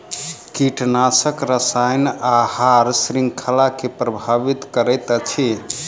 कीटनाशक रसायन आहार श्रृंखला के प्रभावित करैत अछि